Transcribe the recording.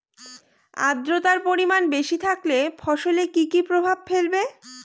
আদ্রর্তার পরিমান বেশি থাকলে ফসলে কি কি প্রভাব ফেলবে?